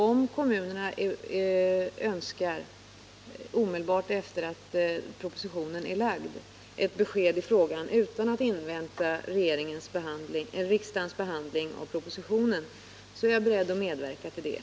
Om kommunerna omedelbart efter det att propositionen har lagts fram önskar ett besked i frågan, utan att invänta riksdagens behandling av propositionen, är jag beredd att lämna ett sådant.